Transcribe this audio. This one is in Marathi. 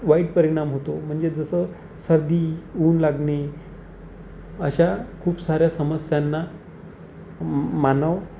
वाईट परिणाम होतो म्हणजे जसं सर्दी ऊन लागणे अशा खूप साऱ्या समस्यांना मानव